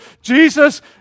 Jesus